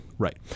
right